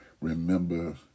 remember